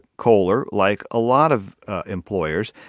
kohler, like a lot of employers,